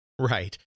Right